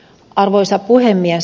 arvoisa puhemies